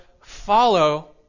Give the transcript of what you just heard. follow